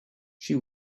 she